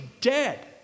dead